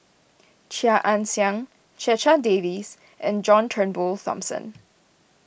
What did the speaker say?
Chia Ann Siang Checha Davies and John Turnbull Thomson